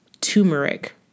turmeric